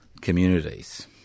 communities